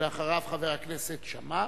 ואחריו, חבר הכנסת שאמה